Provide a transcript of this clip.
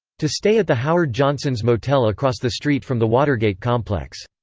to stay at the howard johnson's motel across the street from the watergate complex.